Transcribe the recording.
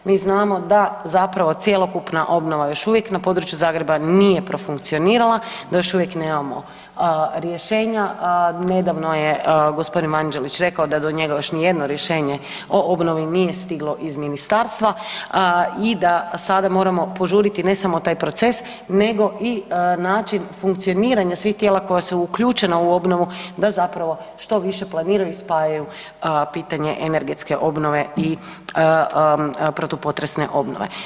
Mi znamo da zapravo cjelokupna obnova još uvijek na području Zagreba nije profunkcionirala, da još uvijek nemamo rješenja, nedavno je gospodin Manđelić rekao da do njega još ni jedno rješenje o obnovi nije stiglo iz ministarstva i da sada moramo požuri ne samo taj proces nego i način funkcioniranja svih tijela koja su uključena u obnovu da zapravo što više planiranju i spajaju pitanje energetske obnove i protupotresne obnove.